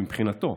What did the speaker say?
מבחינתו,